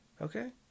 Okay